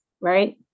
right